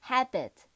Habit